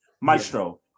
Maestro